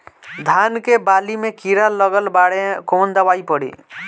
धान के बाली में कीड़ा लगल बाड़े कवन दवाई पड़ी?